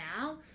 now